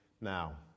Now